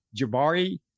Jabari